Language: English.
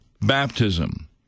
baptism